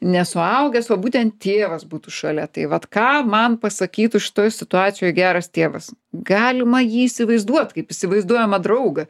ne suaugęs o būtent tėvas būtų šalia tai vat ką man pasakytų šitoj situacijoj geras tėvas galima jį įsivaizduot kaip įsivaizduojamą draugą